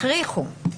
הכריחו.